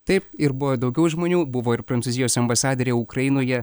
taip ir buvo daugiau žmonių buvo ir prancūzijos ambasadorė ukrainoje